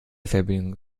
fernbedienung